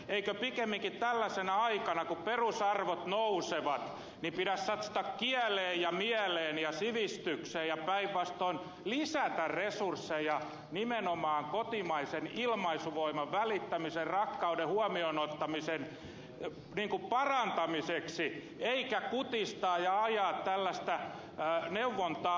eikö pikemminkin tällaisena aikana kun perusarvot nousevat pidä satsata kieleen ja mieleen ja sivistykseen ja päinvastoin lisätä resursseja nimenomaan kotimaisen ilmaisuvoiman välittämisen rakkauden huomioon ottamisen parantamiseksi eikä kutistaa ja ajaa tällaista neuvontaa alas